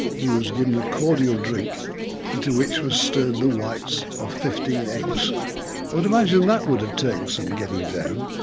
he was given a cordial drink into which was stirred the whites of fifteen eggs, i would imagine that would have taken some getting down.